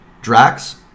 drax